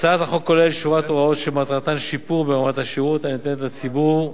הצעת החוק כוללת שורת הוראות שמטרתן שיפור ברמת השירות הניתנת לציבור,